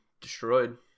destroyed